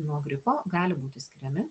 nuo gripo gali būti skiriami